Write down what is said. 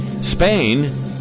Spain